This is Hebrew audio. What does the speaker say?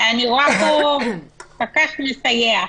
אני רואה פה "פקח מסייע"